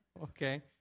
Okay